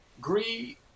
greed